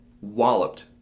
walloped